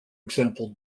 example